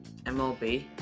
MLB